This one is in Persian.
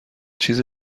چیز